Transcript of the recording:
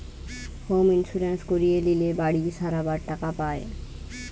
home insurance করিয়ে লিলে বাড়ি সারাবার টাকা পায়